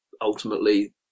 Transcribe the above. ultimately